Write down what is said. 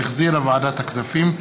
שהחזירה ועדת הכספים.